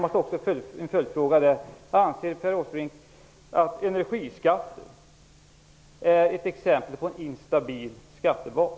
Min följdfråga blir: Anser Erik Åsbrink att energiskatter är ett exempel på en instabil skattebas?